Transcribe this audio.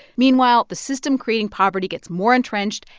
meanwhile, the system creating poverty gets more entrenched,